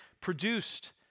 produced